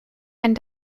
ein